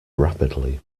rapidly